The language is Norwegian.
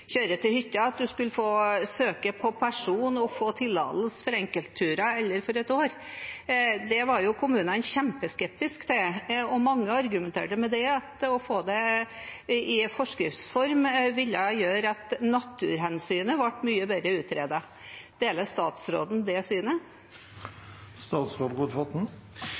til hytta, at en skal få søke på person og få tillatelse for enkeltturer eller for et år. Det var kommunene kjempeskeptisk til, og mange argumenterte med at å få det i forskriftsform ville gjøre at naturhensynet ble mye bedre utredet. Deler statsråden det synet?